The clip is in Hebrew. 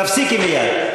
תפסיקי מייד.